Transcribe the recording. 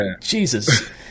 Jesus